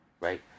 right